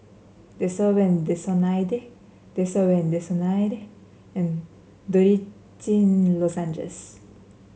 Desowen Desonide Desowen Desonide and Dorithricin Lozenges